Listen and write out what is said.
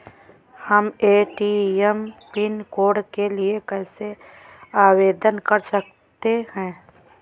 हम ATM pin code के लिए कैसे आवेदन कर सकते हैं?